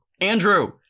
andrew